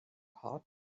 hot